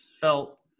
felt